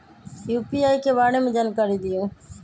UPI के बारे में जानकारी दियौ?